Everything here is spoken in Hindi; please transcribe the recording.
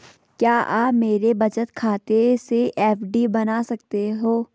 क्या आप मेरे बचत खाते से एफ.डी बना सकते हो?